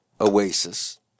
Oasis